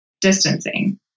distancing